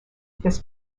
this